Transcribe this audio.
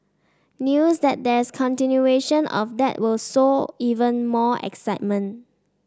news that there's continuation of that will sow even more excitement